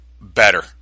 better